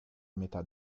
metà